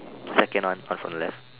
second one pass on left